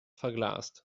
verglast